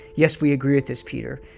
yes, we agree with this, peter.